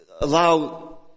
allow